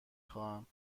خواهم